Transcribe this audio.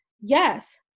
yes